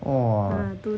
!wah!